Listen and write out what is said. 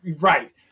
right